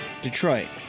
detroit